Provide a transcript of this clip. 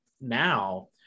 now